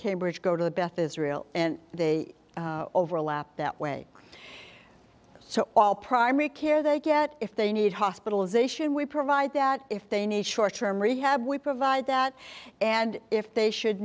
cambridge go to the beth israel and they overlap that way so all primary care they get if they need hospitalization we provide that if they need short term rehab we provide that and if they should